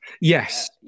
Yes